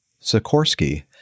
Sikorsky